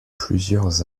plusieurs